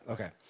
Okay